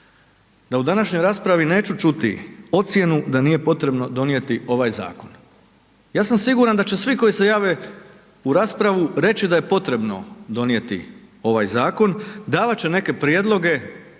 da u današnjoj raspravi neću čuti ocjenu da nije potrebno donijeti ovaj zakon. Ja sam siguran da će svi koji se jave u raspravu reći da je potrebno donijeti ovaj zakon, davati će neke prijedloge,